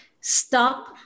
Stop